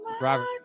Robert